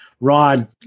Rod